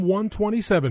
127